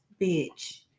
bitch